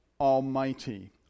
Almighty